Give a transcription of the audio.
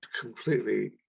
completely